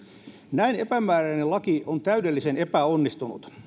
näin epämääräinen laki on täydellisen epäonnistunut